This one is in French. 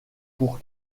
pour